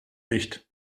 nicht